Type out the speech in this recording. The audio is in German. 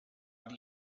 die